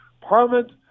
Parliament